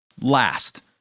Last